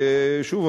ושוב,